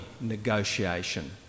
negotiation